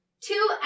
two